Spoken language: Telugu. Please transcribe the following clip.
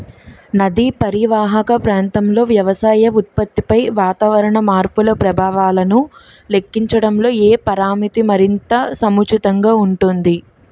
నదీ పరీవాహక ప్రాంతంలో వ్యవసాయ ఉత్పత్తిపై వాతావరణ మార్పుల ప్రభావాలను లెక్కించడంలో ఏ పరామితి మరింత సముచితంగా ఉంటుంది?